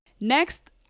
Next